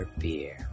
beer